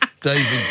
David